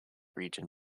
region